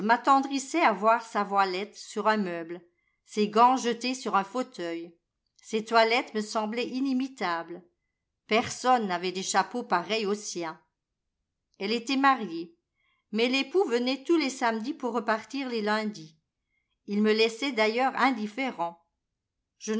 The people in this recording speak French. m'attendrissais à voir sa voilette sur un meuble ses gants jetés sur un fauteuil ses toilettes me semblaient inimitables personne n'avait des chapeaux pareils aux siens elle était mariée mais l'époux venait tous les samedis pour repartir les lundis ii me laissait d'ailleurs indifférent je